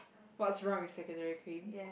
what's wrong with secretary Kim